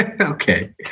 okay